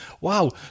wow